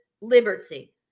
liberty